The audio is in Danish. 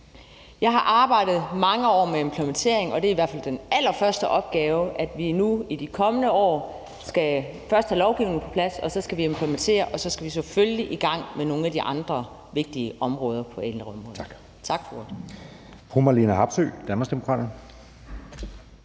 Jeg har arbejdet mange år med implementering, og det er i hvert fald den allerførste opgave. I de kommende år skal vi først have lovgivningen på plads, så skal vi implementere, og så skal vi selvfølgelig i gang med nogle af de andre vigtige områder på ældreområdet. Tak